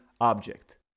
Object